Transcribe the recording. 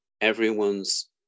everyone's